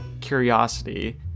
curiosity